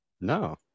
No